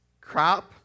crop